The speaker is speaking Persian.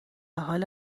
حال